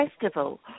festival